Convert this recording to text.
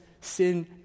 sin